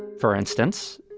for instance,